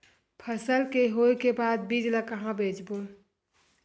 फसल के होय के बाद बीज ला कहां बेचबो?